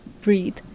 breathe